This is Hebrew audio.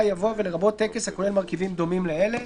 יבוא "ולרבות טקס הכולל מרכיבים דומים לאלה";"